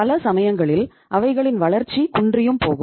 பல சமயங்களில் அவைகளின் வளர்ச்சி குன்றியும் போகும்